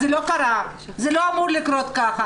זה לא קרה, זה לא אמור לקרות ככה.